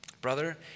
Brother